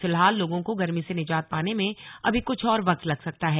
फिलहाल लोगों को गर्मी से निजात पाने में अभी कुछ और वक्त लग सकता है